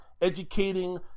educating